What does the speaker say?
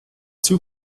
two